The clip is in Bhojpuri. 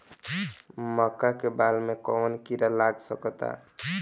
मका के बाल में कवन किड़ा लाग सकता?